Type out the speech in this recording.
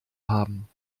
haben